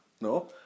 No